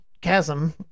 chasm